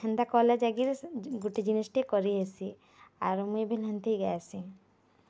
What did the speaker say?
ହେନ୍ତାକଲେ ଯାଇଁକି ଗୋଟେ ଜିନିଷ୍ଟେ କରିହେସି ଆରୁ ମୁଇଁ ବି ଏମ୍ତି ଗାଏଁସି